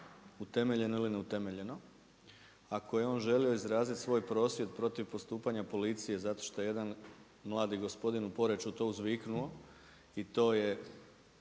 utemeljeno ili neutemeljeno. Ako je želio izraziti svoj prosvjed protiv postupanja policije zato što je jedan mladi gospodin u Poreču to uzviknuo, i to je